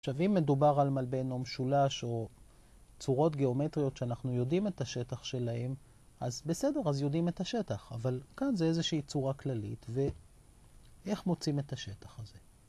עכשיו אם מדובר על מלבן או משולש או צורות גיאומטריות שאנחנו יודעים את השטח שלהם אז בסדר, אז יודעים את השטח, אבל כאן זה איזושהי צורה כללית ואיך מוצאים את השטח הזה?